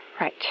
right